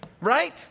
right